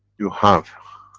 you have